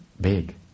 Big